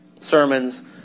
sermons